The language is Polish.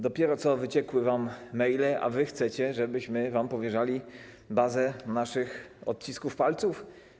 Dopiero co wyciekły wam maile, a wy chcecie, żebyśmy wam powierzali bazę naszych odcisków palców?